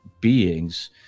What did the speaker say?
beings